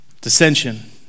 Dissension